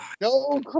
no